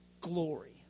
Glory